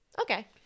okay